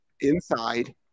inside